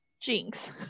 Jinx